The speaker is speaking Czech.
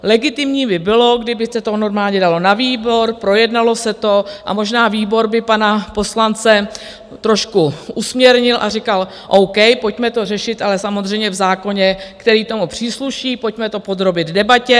Legitimní by bylo, kdyby se to normálně dalo na výbor, projednalo se to a možná výbor by pana poslance trošku usměrnil a říkal o. k., pojďme to řešit, ale samozřejmě v zákoně, který tomu přísluší, pojďme to podrobit debatě.